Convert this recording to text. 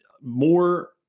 more